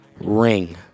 Ring